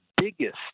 biggest